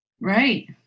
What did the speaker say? Right